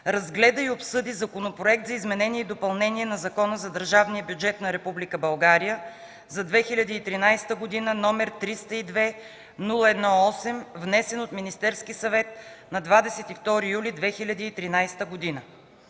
разгледа и обсъди Законопроект за изменение и допълнение на Закона за държавния бюджет на Република България за 2013 г., № 302-01-8, внесен от Министерския съвет на 22 юли 2013 г.